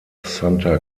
santa